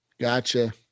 Gotcha